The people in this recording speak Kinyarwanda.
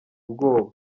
ubwoba